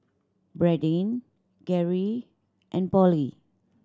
Bradyn Gary and Polly